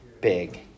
big